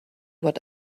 what